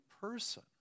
person